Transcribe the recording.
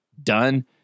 done